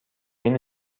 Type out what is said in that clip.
این